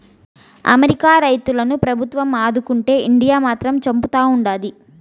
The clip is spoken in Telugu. అమెరికా రైతులను ప్రభుత్వం ఆదుకుంటే ఇండియా మాత్రం చంపుతా ఉండాది